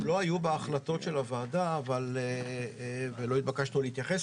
הם לא היו בהחלטות של הוועדה ולא התבקשנו להתייחס